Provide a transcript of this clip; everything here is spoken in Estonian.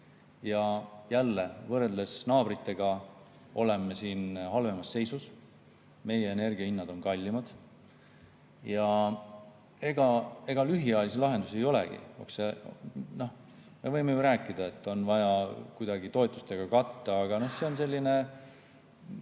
Jälle, võrreldes naabritega oleme siin halvemas seisus, meie energiahinnad on kallimad. Ega lühiajalisi lahendusi ei olegi. Me võime ju rääkida, et on vaja siin kuidagi toetustega katta, aga see on selline